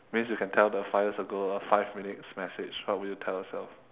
means you can tell the five years ago a five minutes message what will you tell yourself